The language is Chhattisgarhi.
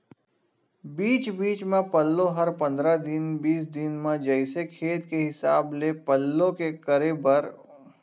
बीच बीच म पल्लो हर पंद्रह दिन बीस दिन म जइसे खेत के हिसाब ले पल्लो करे बर लगथे किसान मन ह कुसियार के फसल म बरोबर करथे